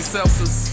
Celsius